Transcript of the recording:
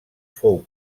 fou